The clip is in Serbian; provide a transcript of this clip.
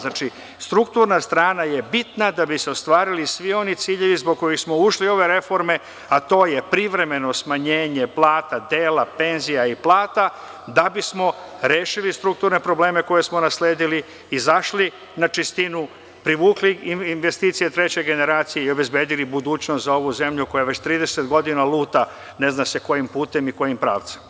Znači strukturna strana je bitna da bi se ostvarili svi oni ciljevi zbog kojih smo ušli u ove reforme, a to je privremeno smanjenje plata, dela penzija i plata da bi smo rešili strukturne probleme koje smo nasledili, izašli na čistinu, privukli investicije treće generacije i obezbedili budućnost za ovu zemlju, koja je već 30 godina luta, ne zna se kojim putem i kojim pravcem.